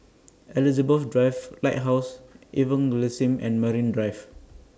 Elizabeth Drive Lighthouse Evangelism and Marine Drive